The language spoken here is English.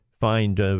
find